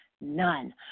none